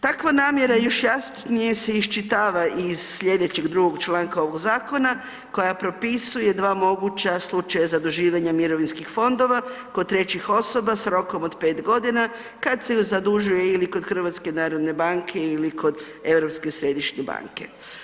Takva namjera još jasnije se iščitava iz slijedećeg drugog članka ovog zakona koja propisuje dva moguća slučaja zaduživanja mirovinskih fondova kod trećih osoba s rokom od 5.g. kad se ju zadužuje ili kod HNB-a ili kod Europske središnje banke.